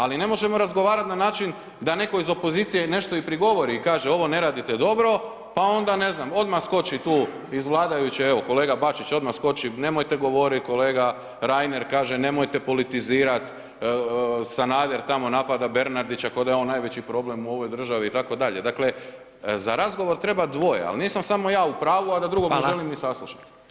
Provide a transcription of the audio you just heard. Ali ne možemo razgovarat na način da neko iz opozicije nešto i prigovori i kaže ovo ne radite dobro pa onda ne znam odma skoči tu iz vladajuće, evo kolega Bačić odma skoči nemojte govorit, kolega Reiner kaže nemojte politizirat, Sanader tamo napada Bernardića ko da je on najveći problem u ovoj državi itd. dakle za razgovor treba dvoje, al nisam samo ja u pravu, a da drugog ne želim ni saslušat.